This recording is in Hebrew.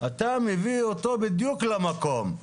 אתה מביא אותו בדיוק למקום.